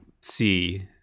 see